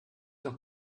noch